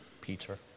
Peter